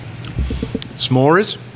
S'mores